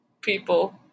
people